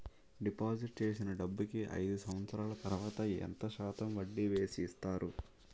Deposit చేసిన డబ్బుకి అయిదు సంవత్సరాల తర్వాత ఎంత శాతం వడ్డీ వేసి ఇస్తారు?